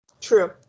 True